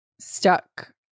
stuck